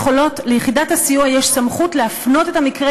ליחידת הסיוע יש סמכות להפנות את המקרה